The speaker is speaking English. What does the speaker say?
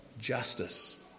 justice